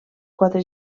quatre